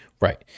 right